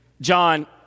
John